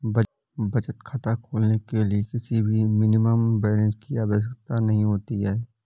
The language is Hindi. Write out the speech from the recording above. बचत खाता खोलने के लिए किसी भी मिनिमम बैलेंस की आवश्यकता नहीं होती है